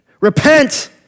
Repent